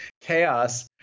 chaos